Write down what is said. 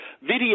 Video